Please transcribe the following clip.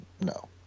no